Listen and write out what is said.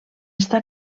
està